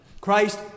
Christ